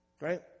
Right